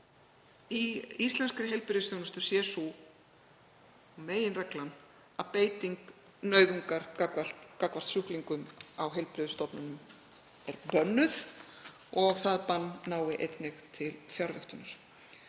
í íslenskri heilbrigðisþjónustu sé sú að beiting nauðungar gagnvart sjúklingum á heilbrigðisstofnunum er bönnuð og það bann nái einnig til fjarvöktunar.